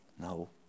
No